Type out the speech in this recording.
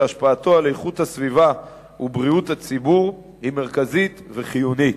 שהשפעתו על איכות הסביבה ובריאות הציבור מרכזית וחיונית.